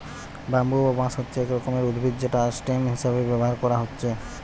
bamboo বা বাঁশ হচ্ছে এক রকমের উদ্ভিদ যেটা স্টেম হিসাবে ব্যাভার কোরা হচ্ছে